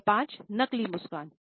number 5 नकली मुस्कान